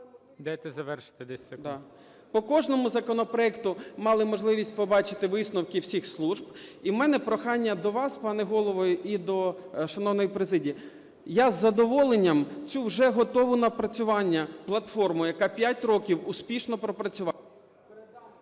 Дайте завершити 10 секунд. ДОВГИЙ О.С. По кожному законопроекту мали можливість побачити висновки всіх служб. І в мене прохання до вас, пане Голово і до шановної президії. Я з задоволенням цю вже готове напрацювання, платформу, яка 5 років успішно пропрацювала.